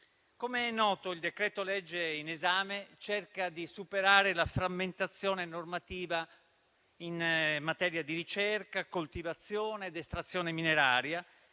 Com'è noto, il decreto-legge in esame cerca di superare la frammentazione normativa in materia di ricerca, coltivazione ed estrazione mineraria,